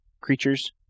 creatures